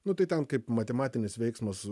nu tai ten kaip matematinis veiksmas